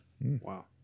Wow